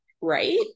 right